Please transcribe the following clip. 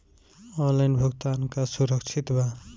Online भुगतान का सुरक्षित बा?